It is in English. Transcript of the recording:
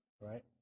right